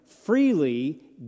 freely